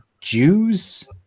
Jews